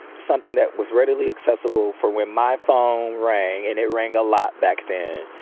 something that was readily accessible for when my phone rang and it rang a lot back then,